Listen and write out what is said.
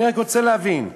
אני רק רוצה להבין,